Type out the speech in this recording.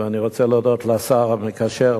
ואני רוצה להודות לשר המקשר,